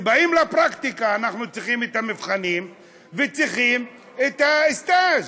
וכשבאים לפרקטיקה אנחנו צריכים את המבחנים וצריכים את הסטאז'.